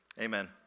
Amen